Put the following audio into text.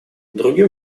другим